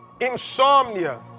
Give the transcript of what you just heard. insomnia